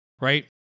right